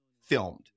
filmed